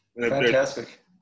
fantastic